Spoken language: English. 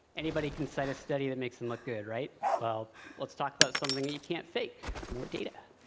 anybody can cite a study that makes them look good, right? well, let's talk about something you can't fake more data.